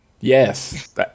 Yes